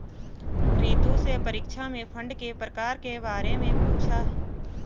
रितु से परीक्षा में फंड के प्रकार के बारे में पूछा